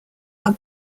are